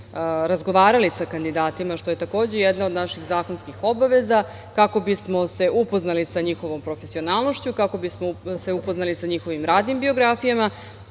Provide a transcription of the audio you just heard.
razgovarali sa kandidatima, što je takođe jedna od naših zakonskih obaveza, kako bismo se upoznali sa njihovom profesionalnošću, kako bismo se upoznali sa njihovim radnim biografijama.